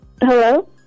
Hello